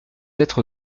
être